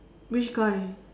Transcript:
which guy